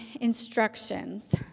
instructions